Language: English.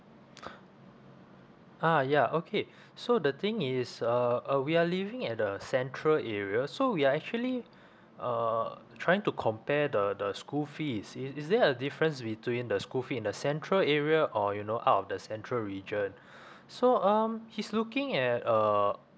ah ya okay so the thing is uh uh we are living at the central area so we are actually uh trying to compare the the school fees i~ is there a difference between the school fee in the central area or you know out of the central region so um he's looking at uh